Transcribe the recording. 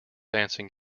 dancing